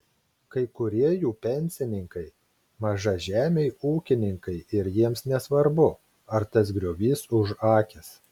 kai kurie jų pensininkai mažažemiai ūkininkai ir jiems nesvarbu ar tas griovys užakęs